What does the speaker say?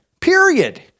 period